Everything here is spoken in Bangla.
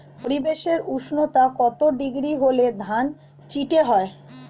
পরিবেশের উষ্ণতা কত ডিগ্রি হলে ধান চিটে হয়?